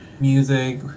music